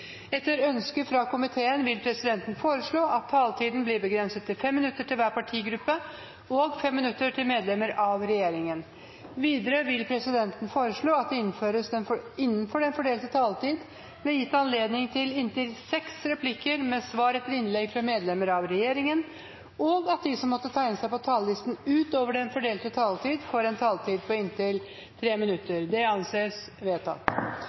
Etter ønske fra energi- og miljøkomiteen vil presidenten foreslå at taletiden begrenses til 5 minutter til hver partigruppe og 5 minutter til medlemmer av regjeringen. Presidenten vil videre foreslå at det innenfor den fordelte taletid blir gitt anledning til inntil seks replikker med svar etter innlegg fra medlemmer av regjeringen, og at de som måtte tegne seg på talerlisten utover den fordelte taletid, får en taletid på inntil 3 minutter. – Det anses vedtatt.